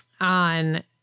On